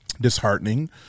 disheartening